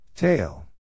Tail